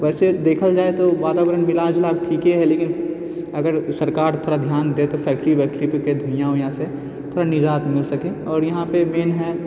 वैसे देखल जाइ तऽ वातावरण मिलाजुला कऽ ठीके हइ लेकिन अगर सरकार थोड़ा धियान दै तऽ फैक्टरी वैक्टरी परके धुइयाँ वुइयाँसँ थोड़ा निजात मिल सकै हइ आओर यहाँपर मेन हइ